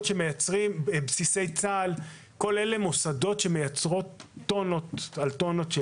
בסיסי צה"ל - כל אלה מוסדות שמייצרים טונות על טונות של